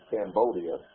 Cambodia